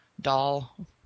doll